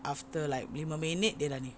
after like lima minit dia dah ni